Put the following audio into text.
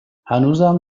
هنوزم